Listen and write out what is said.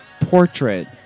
portrait